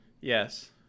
Yes